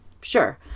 sure